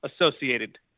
associated